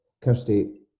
kirsty